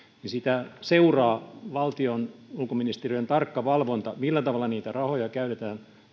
niin sitä seuraa valtion ulkoministeriön tarkka valvonta siitä millä tavalla niitä rahoja käytetään